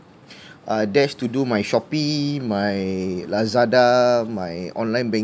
uh that's to do my Shopee my Lazada my online banking